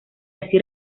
así